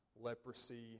leprosy